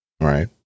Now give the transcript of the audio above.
Right